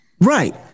right